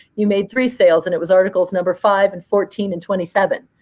you made three sales and it was articles number five and fourteen and twenty seven.